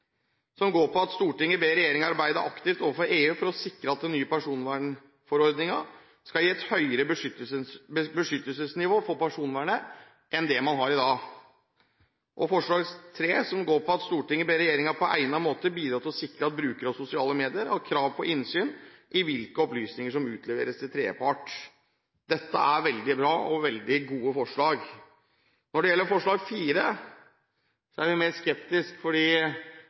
går på å be regjeringen arbeide aktivt overfor EU for å sikre at den nye personvernforordningen skal gi et høyere beskyttelsesnivå for personvernet enn det man har i dag. Forslag nr. 3 går på å be regjeringen på egnet måte bidra til å sikre at brukere av sosiale medier har krav på innsyn i hvilke opplysninger som utleveres til tredjepart. Dette er veldig bra og veldig gode forslag. Når det gjelder forslag nr. 4, er vi mer skeptisk.